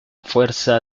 fuerza